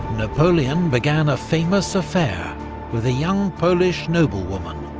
napoleon began a famous affair with a young polish noblewoman,